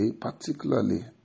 particularly